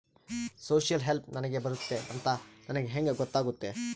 Social help ನನಗೆ ಬರುತ್ತೆ ಅಂತ ನನಗೆ ಹೆಂಗ ಗೊತ್ತಾಗುತ್ತೆ?